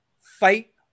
fight